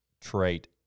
trait